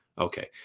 Okay